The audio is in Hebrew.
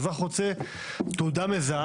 האזרח רוצה תעודה מזהה.